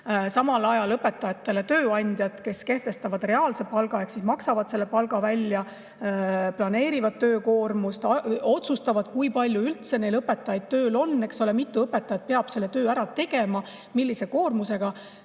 Samal ajal õpetajate tööandjad, kes kehtestavad reaalse palga ehk maksavad palga välja, planeerivad töökoormust, otsustavad, kui palju üldse õpetajaid tööl on, mitu õpetajat peab töö ära tegema, millise koormusega.